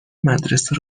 مدرسه